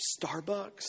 Starbucks